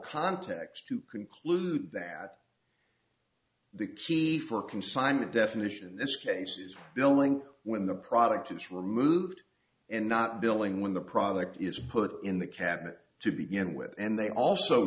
context to conclude that the key for consignment definition in this case is billing when the product is removed and not billing when the product is put in the cabinet to begin with and they also